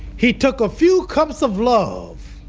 he took a few cups of love,